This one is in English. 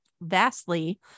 vastly